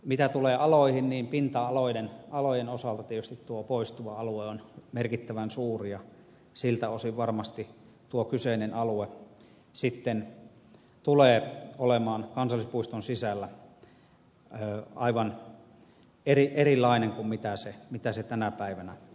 mitä tulee aloihin niin pinta alojen osalta tietysti tuo poistuva alue on merkittävän suuri ja siltä osin varmasti tuo kyseinen alue tulee olemaan kansallispuiston sisällä aivan erilainen kuin se tänä päivänä on